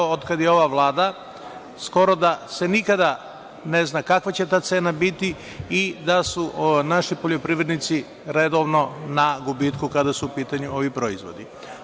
Otkad je ova Vlada, skoro da se nikada ne zna kakva će ta cena biti i da su naši poljoprivrednici redovno na gubitku kada su u pitanju ovi proizvodi.